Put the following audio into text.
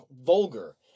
vulgar